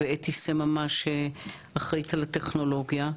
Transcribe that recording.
ואתי סממה שאחראית על הטכנולוגיה.